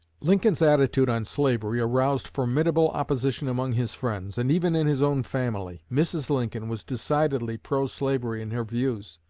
lincoln's attitude on slavery aroused formidable opposition among his friends, and even in his own family. mrs. lincoln was decidedly pro-slavery in her views.